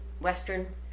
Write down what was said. Western